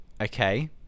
okay